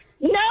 No